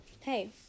hey